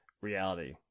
Reality